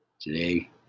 Today